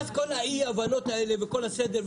אז לא יהיו כל האי-הבנות האלה וכל האי-סדר,